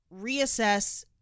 reassess